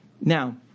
Now